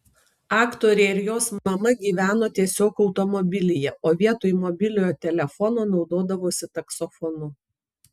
aktorė ir jos mama gyveno tiesiog automobilyje o vietoj mobiliojo telefono naudodavosi taksofonu